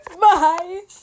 Bye